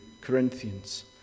Corinthians